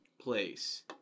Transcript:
place